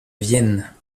vienne